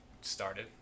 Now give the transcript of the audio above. started